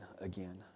again